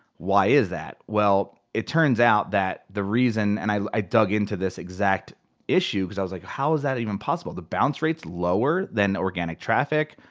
why is that? well, it turns out that the reason, and i i dug into this exact issue because i was like, how is that even possible? the bounce rate's lower than organic traffic,